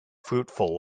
fruitful